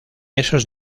esos